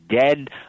dead